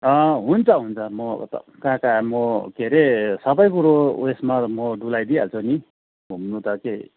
हुन्छ हुन्छ म अब त कहाँ कहाँ म के अरे सबै कुरो ऊ यसमा म डुलाइ दिइहाल्छु नि घुम्नु त के